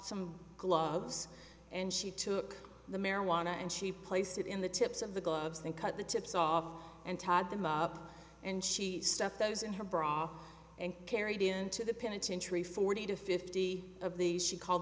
some gloves and she took the marijuana and she placed it in the tips of the gloves and cut the tips off and tied them up and she stuffed those in her bra and carried into the penitentiary forty to fifty of these she called